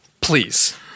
Please